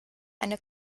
eine